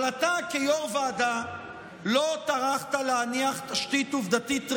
אבל אתה כיו"ר ועדה לא טרחת להניח תשתית עובדתית ראויה,